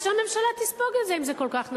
אז, שהממשלה תספוג את זה, אם זה כל כך נמוך.